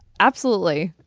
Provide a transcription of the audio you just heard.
absolutely.